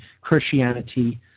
Christianity